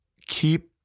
keep